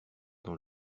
dans